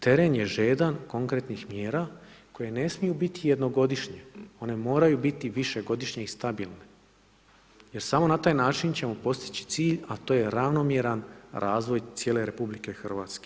Teren je žedan konkretnih mjera koje ne smiju biti jednogodišnje, one moraju biti višegodišnje i stabilne jer samo na taj način ćemo postići cilj a to je ravnomjeran razvoj cijele RH.